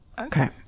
okay